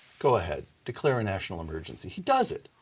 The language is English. go ahead, declare a national emergency, he does it,